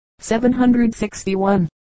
761